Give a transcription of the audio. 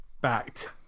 backed